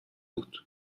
بود